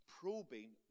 probing